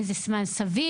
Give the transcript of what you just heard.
זה זמן סביר?